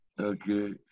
Okay